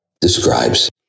describes